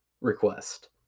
request